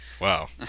Wow